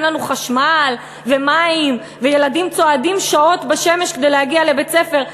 אין לנו חשמל ומים וילדים צועדים שעות בשמש כדי להגיע לבית-הספר,